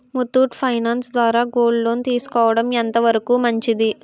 Muthoot finance ద్వారా gold loan తీసుకోవడం ఎంత వరకు మంచిది?